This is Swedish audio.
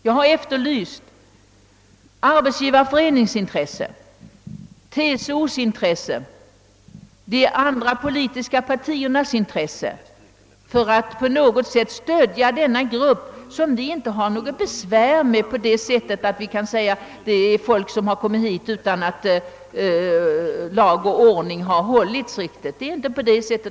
Jag har efterlyst Arbetsgivareföreningens intresse, TCO:s intresse, Övriga politiska partiers intresse att på något sätt stödja denna grupp folk, som inte har vållat något besvär och som iakttar lag och ordning. Tyvärr finns det inget intresse.